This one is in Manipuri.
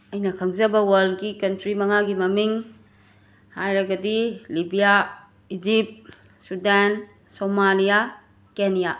ꯑꯩꯅ ꯈꯪꯖꯕ ꯋꯥꯜꯒꯤ ꯀꯟꯇ꯭ꯔꯤ ꯃꯉꯥꯒꯤ ꯃꯃꯤꯡ ꯍꯥꯏꯔꯒꯗꯤ Libya Egypt Sudan Somalia Kenya